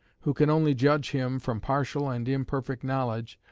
who can only judge him from partial and imperfect knowledge,